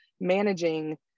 managing